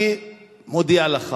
אני מודיע לך